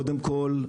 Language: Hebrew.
קודם כול,